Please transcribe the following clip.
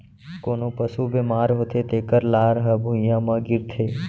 कोनों पसु बेमार होथे तेकर लार ह भुइयां म गिरथे